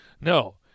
No